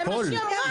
זה מה שהיא אמרה.